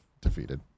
defeated